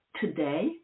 today